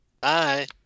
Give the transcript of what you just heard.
bye